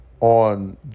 on